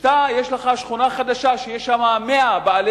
וכשיש לך שכונה חדשה שיש שם 100 בעלי